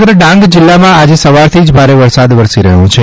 સમગ્ર ડાંગ જિલ્લામાં આજે સવારથી જ ભારે વરસાદ વરસી રહ્યો છે